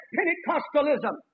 Pentecostalism